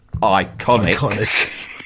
iconic